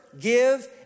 give